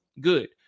good